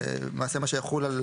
ולמעשה מה שיחול על